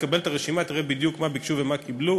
תקבל את הרשימה ותראה בדיוק מה ביקשו ומה קיבלו.